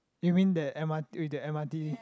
you mean that m_r with the m_r_t